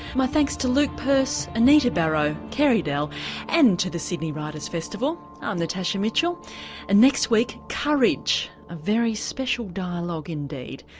my thanks to luke purse, anita barraud, carey dell and to the sydney writers' festival, i'm natasha mitchell and next week, courage, a very special dialogue indeed.